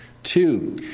Two